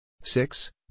six